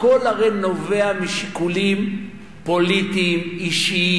הכול הרי נובע משיקולים פוליטיים אישיים